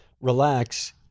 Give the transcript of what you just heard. relax